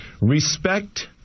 respect